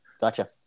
Gotcha